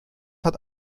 hat